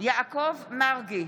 יעקב מרגי,